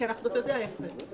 כי אתה יודע איך זה,